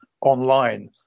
online